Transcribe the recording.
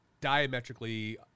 diametrically